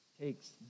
takes